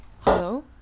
Hello